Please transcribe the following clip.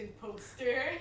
poster